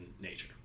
nature